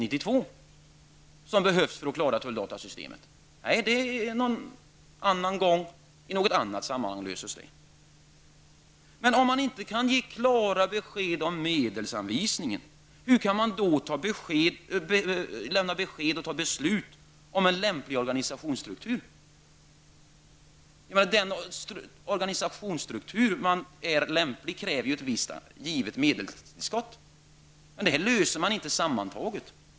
Nej, det skall lösas någon annan gång och i något annat sammanhang. Men om man inte kan ge klara besked om medelsanvisningen, hur kan man då fatta beslut om en lämplig organisationsstruktur? Den organisationsstruktur man anser vara lämplig kräver ju en viss medelsanvisning. Men dessa frågor behandlas inte sammantaget.